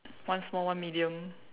one small one medium